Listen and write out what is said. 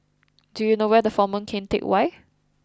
do you know where the Former Keng Teck Whay